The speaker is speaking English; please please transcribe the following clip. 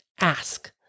Ask